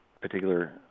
particular